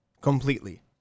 Completely